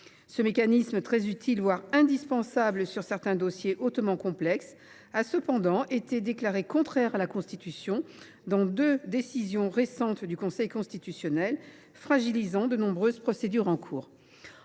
Ce mécanisme, bien que très utile, voire indispensable pour certains dossiers hautement complexes, a été déclaré contraire à la Constitution dans deux décisions récentes du Conseil constitutionnel, fragilisant de nombreuses procédures en cours.